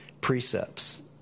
precepts